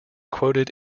quoted